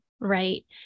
right